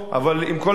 אבל עם כל הכבוד,